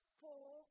four